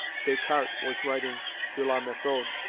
descartes was writing de la methode,